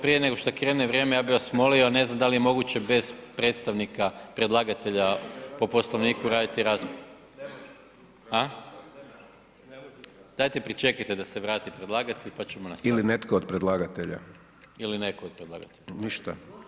Prije nego što krene vrijeme ja bi vas molio, ne znam da li je moguće bez predstavnika predlagatelja po Poslovniku raditi raspravu, a? [[Upadica: Ne može.]] Dajte pričekajte da se vrati predlagatelj pa ćemo nastaviti [[Upadica: Ili netko od predlagatelja.]] ili netko od predlagatelja.